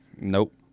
Nope